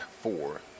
four